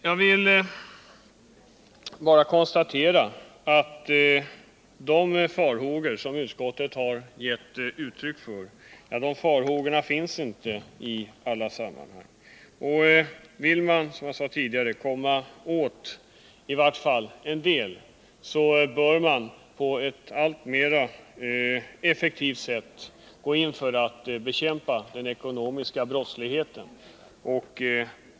Jag vill bara konstatera att det inte finns någon grund för de farhågor som utskottet har givit uttryck för. Vill man komma åt i varje fall en del av den ekonomiska brottsligheten bör man gå in för att effektivare bekämpa den.